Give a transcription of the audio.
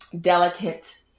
delicate